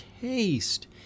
taste